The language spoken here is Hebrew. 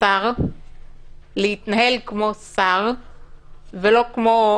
לשר להתנהל כמו שר ולא כמו